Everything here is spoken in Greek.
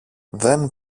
δεν